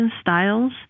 styles